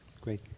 Great